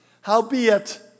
howbeit